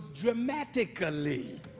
dramatically